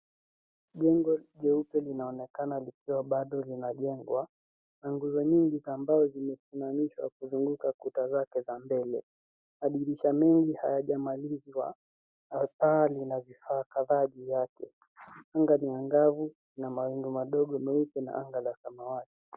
Viungo vyeupe vinaonekana likiwa bado linajengwa na nguzo nyingi ambayo zimesimamishwa kuzunguka kuta zake za mbele madirisha mengi hayajamalizwa hasa lina vifaa kadhaa juu yake anga ni angavu na mawingu madogo meupe na anga la samawati.